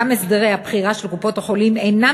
גם הסדרי הבחירה של קופות-החולים אינם